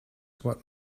what